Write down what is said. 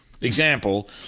example